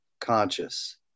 conscious